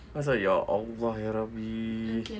I was like ya allah ya rabbi